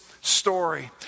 story